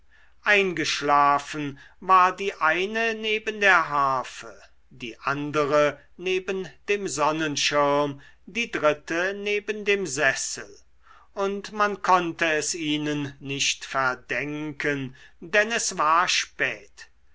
eingeschlafen war die eine neben der harfe die andere neben dem sonnenschirm die dritte neben dem sessel und man konnte es ihnen nicht verdenken denn es war spät